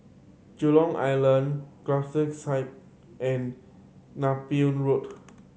Jurong Island Gallop Circus and Napier Road